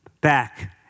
back